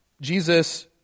Jesus